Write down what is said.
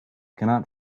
cannot